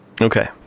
Okay